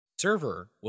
server